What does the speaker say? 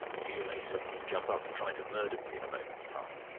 you may suddenly jump up and try to murder me in a moment's time.